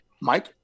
Mike